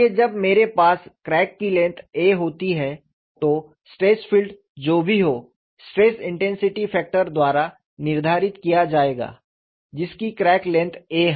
इसलिए जब मेरे पास क्रैक की लेंथ होती है तो स्ट्रेस फील्ड जो भी हो स्ट्रेस इंटेंसिटी फैक्टर द्वारा निर्धारित किया जाएगा जिसकी क्रैक लेंथ है